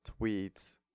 tweets